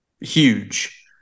huge